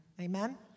Amen